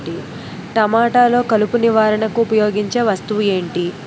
టమాటాలో కలుపు నివారణకు ఉపయోగించే వస్తువు ఏంటి?